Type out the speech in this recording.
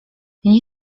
nie